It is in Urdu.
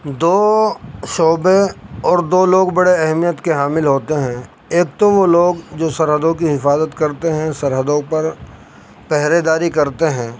دو شعبے اور دو لوگ بڑے اہمیت کے حامل ہوتے ہیں ایک تو وہ لوگ جو سرحدوں کی حفاظت کرتے ہیں سرحدوں پر پہرے داری کرتے ہیں